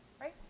Right